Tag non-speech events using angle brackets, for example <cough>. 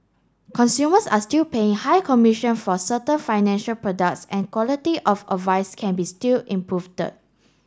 consumers are still paying high commissions for certain financial products and quality of advice can be improve <unintelligible>